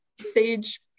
sage